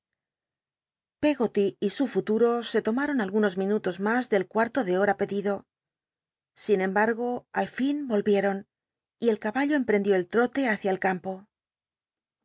peggoty y su futuro se tomal'on algunos minutos mas del cuarto de hora pedido sin embargo al fin y ohieton y el caballo emprendió el trole bácia el campo